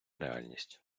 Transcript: реальність